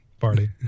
party